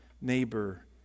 neighbor